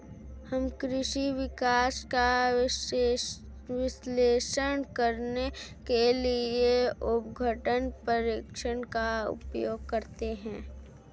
हम कृषि विकास का विश्लेषण करने के लिए अपघटन परीक्षण का उपयोग करते हैं